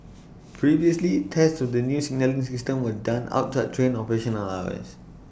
previously tests of the new signalling system were done outside train operational hours